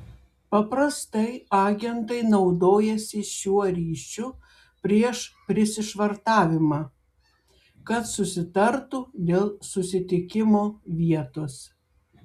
paprastai agentai naudojasi šiuo ryšiu prieš prisišvartavimą kad susitartų dėl susitikimo vietos